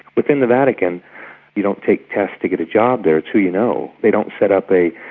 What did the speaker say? within the vatican you don't take tests to get a job there it's who you know. they don't set up a,